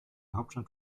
hauptstadt